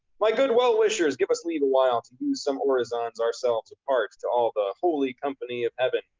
my good well-wishers, give us leave awhile to use some orisons ourselves apart to all the holy company of heaven,